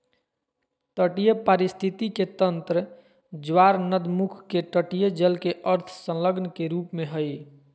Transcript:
तटीय पारिस्थिति के तंत्र ज्वारनदमुख के तटीय जल के अर्ध संलग्न के रूप में हइ